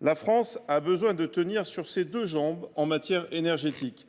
La France a besoin de tenir sur ses deux jambes en matière énergétique.